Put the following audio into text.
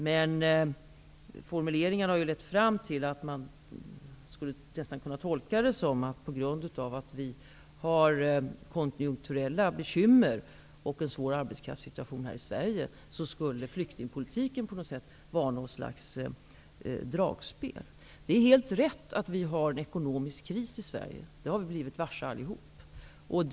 Men formuleringen har nästan kunnat tolkas så, att flyktingpolitiken skulle fungera som något slags dragspel på grund av konjunkturella bekymmer och en svår arbetskraftssituation här i Det är helt rätt att det är en ekonomisk kris i Sverige, vilket vi allihop har blivit varse.